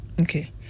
Okay